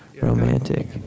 romantic